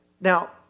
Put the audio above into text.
Now